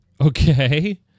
Okay